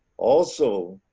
also,